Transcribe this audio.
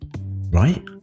right